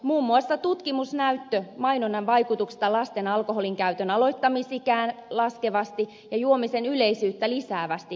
muun muassa tutkimusnäyttö mainonnan vaikutuksista lasten alkoholinkäytön aloittamisikää laskevasti ja juomisen yleisyyttä lisäävästi on vankka